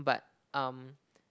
but um